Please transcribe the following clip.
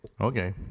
Okay